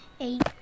eight